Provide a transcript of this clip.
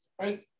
Right